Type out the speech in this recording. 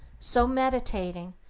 so meditating,